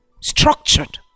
structured